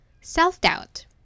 Self-doubt